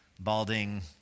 Balding